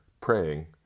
praying